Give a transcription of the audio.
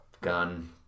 gun